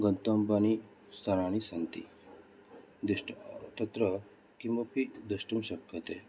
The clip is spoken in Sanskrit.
गन्तव्यानि स्थानानि सन्ति तत्र किमपि द्रष्टुं शक्यते